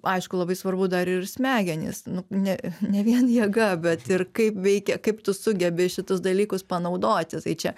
aišku labai svarbu dar ir smegenys nu ne ne vien jėga bet ir kaip veikia kaip tu sugebi šituos dalykus panaudoti čia